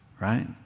right